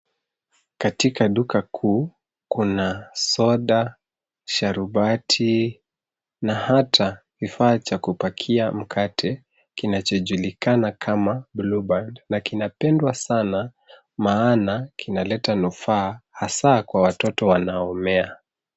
Katika duka kuu kuna soda, sharubati na hata kifaa cha kupakia mkate kinachojulikana kama blue band na kinapendwa sana maana kinaleta nufaa hasa kwa watoto wanaomea.